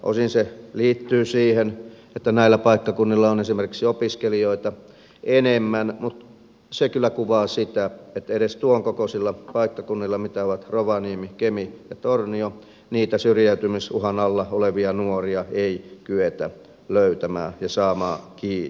osin se liittyy siihen että näillä paikkakunnilla on esimerkiksi opiskelijoita enemmän mutta se kyllä kuvaa sitä että edes tuon kokoisilla paikkakunnilla kuin rovaniemi kemi ja tornio niitä syrjäytymisuhan alla olevia nuoria ei kyetä löytämään ja saamaan kiinni